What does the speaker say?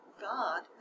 God